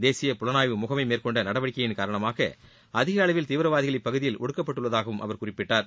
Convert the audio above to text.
தேசிய புலனாய்வு முகமை மேற்கொண்ட நடவடிக்கையின் காரணமாக அதிக அளவில் தீவிரவாதிகள் இப்பகுதியில் ஒடுக்கப்பட்டுள்ளதாகவும் அவர் குறிப்பிட்டுள்ளார்